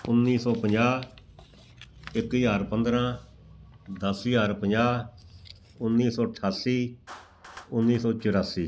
ਉੱਨੀ ਸੌ ਪੰਜਾਹ ਇੱਕ ਹਜ਼ਾਰ ਪੰਦਰਾਂ ਦਸ ਹਜ਼ਾਰ ਪੰਜਾਹ ਉੱਨੀ ਸੌ ਅਠਾਸੀ ਉੱਨੀ ਸੌ ਚੁਰਾਸੀ